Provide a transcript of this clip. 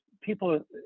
people